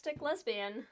lesbian